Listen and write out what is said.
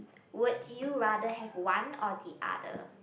would you rather have one or the other